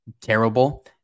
terrible